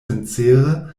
sincere